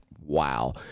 wow